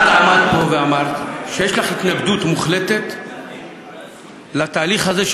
את עמדת פה ואמרת שיש לך התנגדות מוחלטת לתהליך הזה,